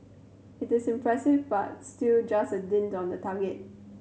it is impressive but still just a dint on the target